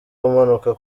umanuka